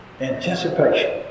Anticipation